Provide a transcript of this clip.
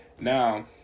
Now